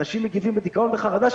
אנשים מגיבים בדיכאון ובחרדה,